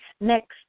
next